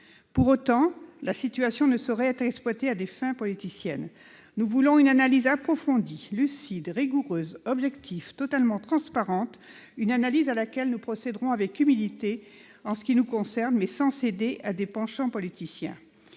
Pour autant, la situation ne saurait être exploitée à des fins politiciennes. Nous voulons une analyse approfondie, lucide, rigoureuse, objective, totalement transparente, une analyse à laquelle nous procéderons, pour ce qui nous concerne, avec humilité, mais sans céder à des penchants politiciens.